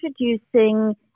introducing